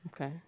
Okay